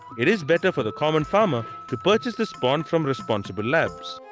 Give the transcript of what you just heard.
it is better for the common farmer to purchase the spawn from responsible labs.